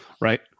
right